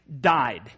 died